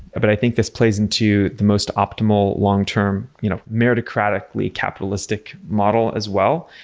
but i think this plays into the most optimal long-term you know meritocraticly, capitalistic model as well,